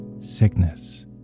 sickness